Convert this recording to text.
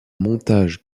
montage